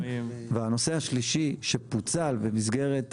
והנושא השלישי שפוצל במסגרת זה,